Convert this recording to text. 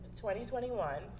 2021